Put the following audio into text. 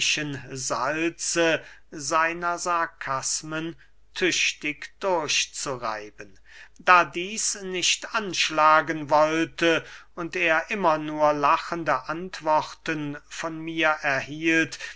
salze seiner sarkasmen tüchtig durchzureiben da dieß nicht anschlagen wollte und er immer nur lachende antworten von mir erhielt